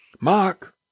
Mark